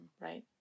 right